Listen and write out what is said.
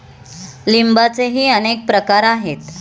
लिंबाचेही अनेक प्रकार आहेत